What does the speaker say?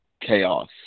chaos